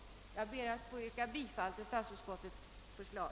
| Jag ber att få yrka bifall till statsutskottets hemställan.